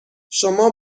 شما